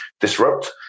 disrupt